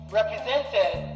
represented